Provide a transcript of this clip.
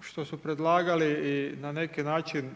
što su predlagali i na neki način